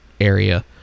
area